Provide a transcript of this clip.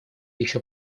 еще